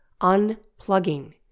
unplugging